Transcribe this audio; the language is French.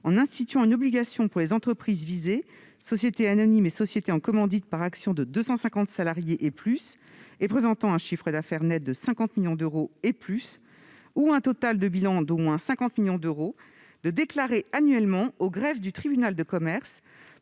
en instituant une obligation pour les entreprises visées, sociétés anonymes et sociétés en commandite par actions de 250 salariés et plus, et présentant un chiffre d'affaires net de 50 millions d'euros et plus, ou un total de bilan d'au moins 50 millions d'euros, de déclarer annuellement au greffe du tribunal de commerce,